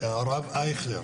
הרב אייכלר